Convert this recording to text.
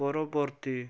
ପରବର୍ତ୍ତୀ